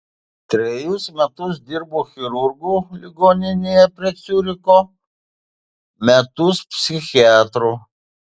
trejus metus dirbo chirurgu ligoninėje prie ciuricho metus psichiatru